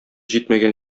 җитмәгән